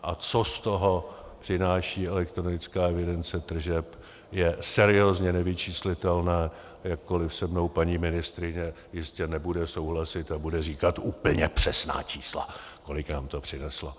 A co z toho přináší elektronická evidence tržeb, je seriózně nevyčíslitelné, jakkoli se mnou paní ministryně jistě nebude souhlasit a bude říkat úplně přesná čísla, kolik nám to přineslo.